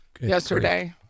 yesterday